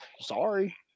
sorry